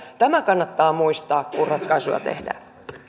tämä kannattaa muistaa kun ratkaisua tehdään